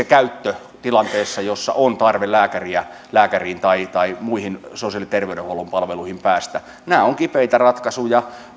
käyttö tilanteessa jossa on tarve päästä lääkäriin tai tai muihin sosiaali ja terveydenhuollon palveluihin nämä ovat kipeitä ratkaisuja